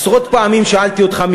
עשרות פעמים שאלתי אותך,